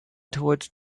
towards